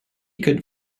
good